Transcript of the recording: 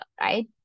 right